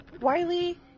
Wiley